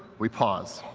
we pause.